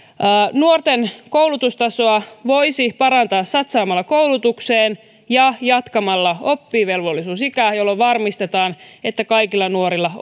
nuorten koulutustasoa voisi parantaa satsaamalla koulutukseen ja jatkamalla oppivelvollisuusikää jolloin varmistetaan että kaikilla nuorilla